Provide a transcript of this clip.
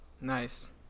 Nice